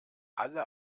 alle